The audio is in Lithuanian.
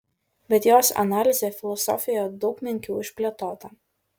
bet jos analizė filosofijoje daug menkiau išplėtota